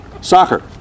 Soccer